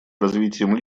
развитием